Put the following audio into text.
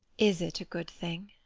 is it a good thing!